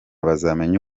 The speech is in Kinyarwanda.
bazamenya